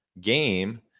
game